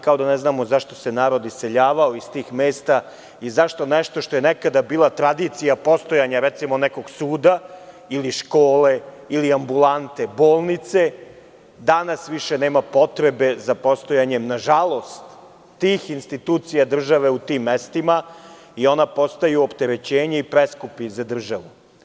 Kao da ne znamo zašto se narod iseljavao iz tih mesta i zašto nešto što je nekada bila tradicija postojanja, recimo, nekog suda, škole ili ambulante, bolnice, danas više nema potrebe za postojanje, nažalost, tih institucija države u tim mestima, jer one postaju opterećenje i preskupe su za državu.